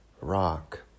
rock